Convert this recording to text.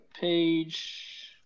page